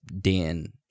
Dan